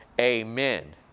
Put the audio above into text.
Amen